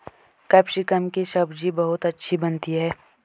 capsicum की सब्जी बहुत अच्छी बनती है